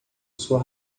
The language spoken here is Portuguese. sua